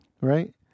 right